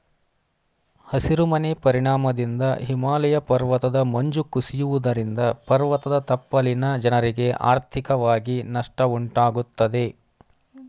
ಹಸಿರು ಮನೆ ಪರಿಣಾಮದಿಂದ ಹಿಮಾಲಯ ಪರ್ವತದ ಮಂಜು ಕುಸಿಯುವುದರಿಂದ ಪರ್ವತದ ತಪ್ಪಲಿನ ಜನರಿಗೆ ಆರ್ಥಿಕವಾಗಿ ನಷ್ಟ ಉಂಟಾಗುತ್ತದೆ